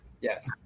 yes